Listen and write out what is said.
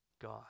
God